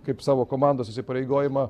kaip savo komandos įsipareigojimą